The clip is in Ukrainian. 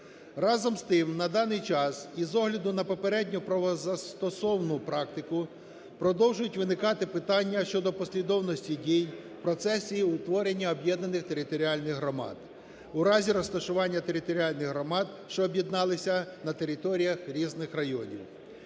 Разом з тим на даний час і з огляду на попередню правозастосовну практику продовжують виникати питання щодо послідовності дій, процесів в утворенні об'єднаних територіальних громад у разі розташування територіальних громад, що об'єдналися, на територіях різних районів.